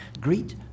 Greet